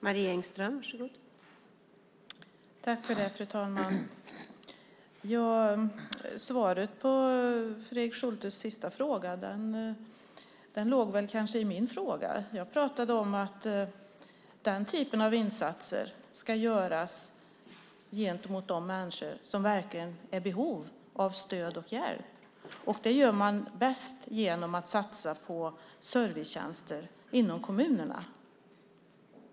Fru talman! Svaret på Fredrik Schultes sista fråga låg kanske i min fråga. Jag pratade om att den typen av insatser ska göras gentemot de människor som verkligen är i behov av stöd och hjälp. Det gör man bäst genom att satsa på servicetjänster i kommunerna.